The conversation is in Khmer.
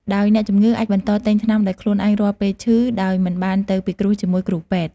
ដោយអ្នកជំងឺអាចបន្តទិញថ្នាំដោយខ្លួនឯងរាល់ពេលឈឺ ដោយមិនបានទៅពិគ្រោះជាមួយគ្រូពេទ្យ។